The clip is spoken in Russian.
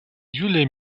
юлия